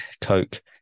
Coke